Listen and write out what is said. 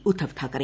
Uddhav Thackeray